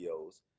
videos